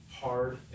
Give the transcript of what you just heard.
hard